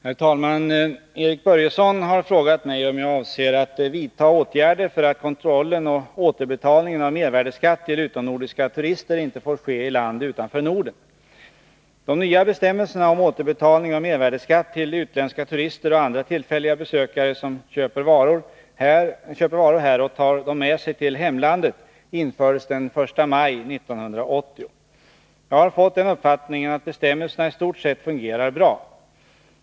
Herr talman! Erik Börjesson har frågat mig om jag avser att vidta åtgärder för att kontrollen och återbetalningen av mervärdeskatt till utomnordiska turister inte får ske i land utanför Norden. De nya bestämmelserna om återbetalning av mervärdeskatt till utländska turister och andra tillfälliga besökare som köper varor här och tar dem med sig till hemlandet infördes den 1 maj 1980. Jag har fått den uppfattningen att bestämmelserna i stort sett fungerar bra.